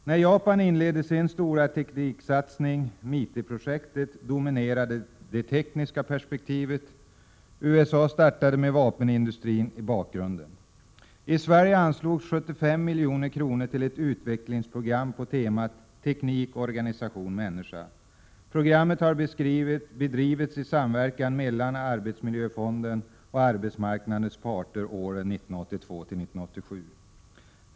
När Japan inledde sin stora tekniksatsning MITI-projektet, dominerade det tekniska perspektivet. USA startade med vapenindustrin i bakgrunden. I Sverige anslogs 75 milj.kr. till ett utvecklingsprogram på temat teknik-organisation-människa. Programmet bedrevs i samverkan mellan arbetsmiljöfonden och arbetsmarknadens parter åren 1982-1987.